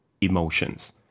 emotions